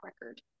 record